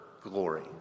glory